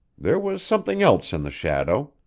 there was something else in the shadow.